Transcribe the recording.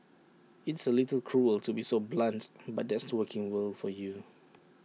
it's A little cruel to be so blunt but that's the working world for you